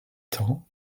temps